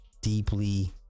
deeply